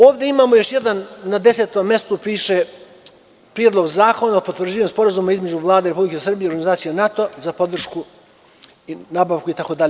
Ovde imamo još jedan, na desetom mestu piše, Predlog zakona o potvrđivanju Sporazuma između Vlade Republike Srbije i Organizacije NATO za podršku i nabavku itd.